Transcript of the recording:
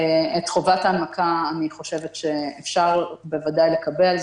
את חובת ההנמקה אני חושבת שאפשר בוודאי לקבל,